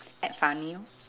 act funny lor